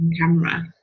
Camera